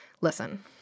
listen